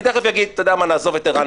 אתה יודע מה, נעזוב את ערן.